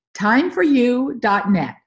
timeforyou.net